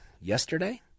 yesterday